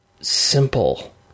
simple